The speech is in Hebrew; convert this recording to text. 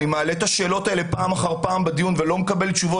אני מעלה את השאלות האלה פעם אחר פעם בדיון ולא מקבל תשובות.